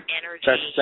energy